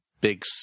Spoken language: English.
big